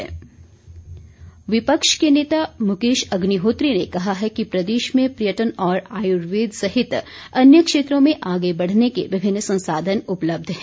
अग्निहोत्री विपक्ष के नेता मुकेश अग्निहोत्री ने कहा है कि प्रदेश में पर्यटन और आयुर्वेद सहित अन्य क्षेत्रों में आगे बढ़ने के विभिन्न संसाधन उपलब्ध हैं